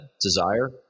desire